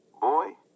Boy